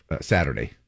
Saturday